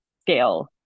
scale